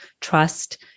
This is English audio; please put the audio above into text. trust